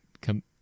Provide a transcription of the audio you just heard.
come